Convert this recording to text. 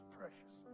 precious